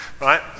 right